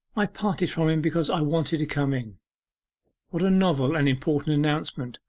i parted from him because i wanted to come in what a novel and important announcement!